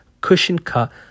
cushion-cut